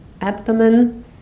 abdomen